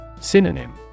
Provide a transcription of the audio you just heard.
Synonym